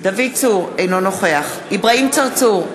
אינו נוכח אברהים צרצור,